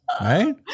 right